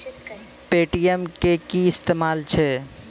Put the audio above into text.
Paytm के कि इस्तेमाल छै?